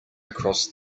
across